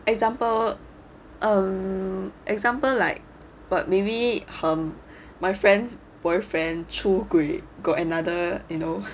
example um example like but maybe um my friend's boyfriend 出轨 got another you know